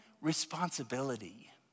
responsibility